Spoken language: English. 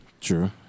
True